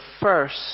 first